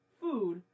food